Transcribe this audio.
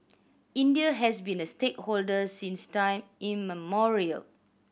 India has been a stakeholder since time immemorial